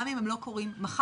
גם אם הם לא קורים מחר,